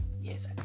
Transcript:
yes